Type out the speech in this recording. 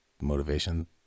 motivation